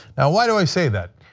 why do i say that?